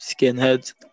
Skinheads